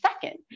second